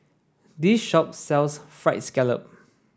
this shop sells fried scallop